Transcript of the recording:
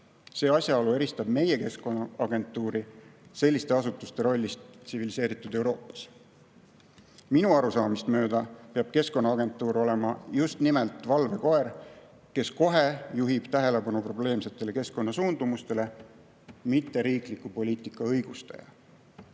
neid aastaid, eristab meie Keskkonnaagentuuri selliste asutuste rollist tsiviliseeritud Euroopas. Minu arusaamist mööda peab Keskkonnaagentuur olema just nimelt valvekoer, kes kohe juhib tähelepanu probleemsetele keskkonnasuundumustele, mitte riikliku poliitika õigustaja.